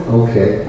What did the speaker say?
okay